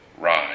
rise